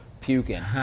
puking